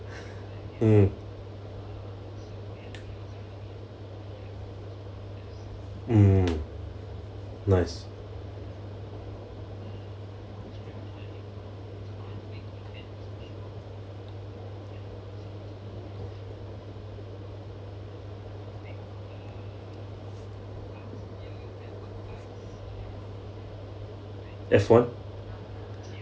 mm mm nice F one